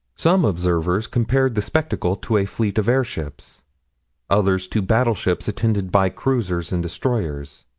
some observers compared the spectacle to a fleet of airships others to battleships attended by cruisers and destroyers.